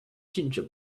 ginger